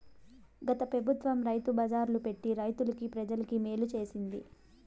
గత పెబుత్వం రైతు బజార్లు పెట్టి రైతులకి, ప్రజలకి మేలు చేసింది